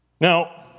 Now